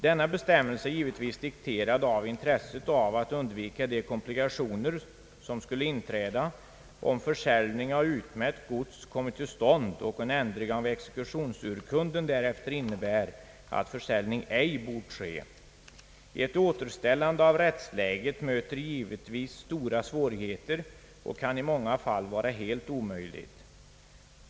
Denna bestämmelse är givetvis dikterad av intresset att undvika de komplikationer som skulle inträda om försäljning av utmätt gods kommit till stånd och en ändring av exekutionsurkunden därefter innebär att försäljning ej bort ske. Ett återställande av rättsläget möter givetvis stora svårigheter och kan i många fall vara helt omöjligt.